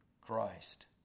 Christ